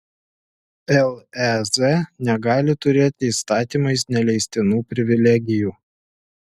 lez negali turėti įstatymais neleistinų privilegijų